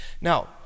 now